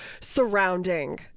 surrounding